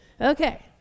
Okay